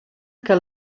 que